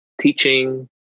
teaching